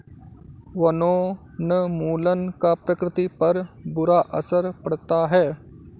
वनोन्मूलन का प्रकृति पर बुरा असर पड़ता है